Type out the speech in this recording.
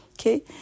okay